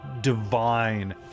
divine